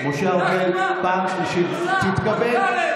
בגלל שהוא אשכנזי?